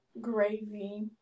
gravy